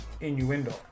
innuendo